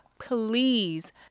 please